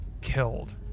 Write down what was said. killed